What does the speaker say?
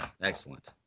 Excellent